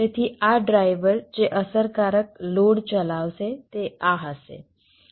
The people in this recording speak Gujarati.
તેથી આ ડ્રાઈવર જે અસરકારક લોડ ચલાવશે તે આ હશે R ભાગ્યા N હશે